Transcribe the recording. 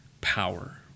power